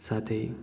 साथै